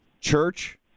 church